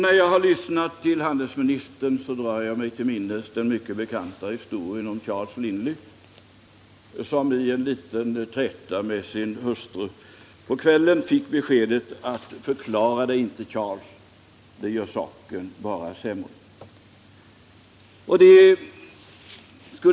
När jag nu lyssnat till handelsministern drar jag mig till minnes den mycket bekanta historien om Charles Lindley, som i en liten träta med sin hustru på kvällen fick beskedet: Förklara dig inte, Charles. Det gör saken bara sämre.